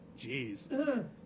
Jeez